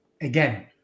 again